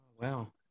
Wow